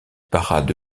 parade